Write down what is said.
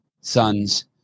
sons